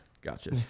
Gotcha